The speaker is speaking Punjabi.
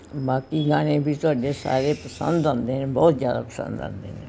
ਬਾਕੀ ਗਾਣੇ ਵੀ ਤੁਹਾਡੇ ਸਾਰੇ ਪਸੰਦ ਆਉਂਦੇ ਨੇ ਬਹੁਤ ਜ਼ਿਆਦਾ ਪਸੰਦ ਆਉਂਦੇ ਨੇ